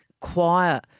choir